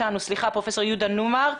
פרופסור יהודה ניומרק,